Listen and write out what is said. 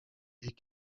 est